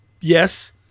Yes